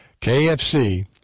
KFC